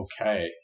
Okay